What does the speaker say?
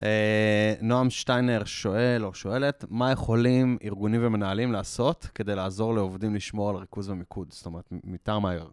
נועם שטיינר שואל, או שואלת, מה יכולים ארגונים ומנהלים לעשות כדי לעזור לעובדים לשמוע על ריכוז ומיקוד? זאת אומרת, מטעם ה...